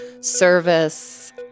service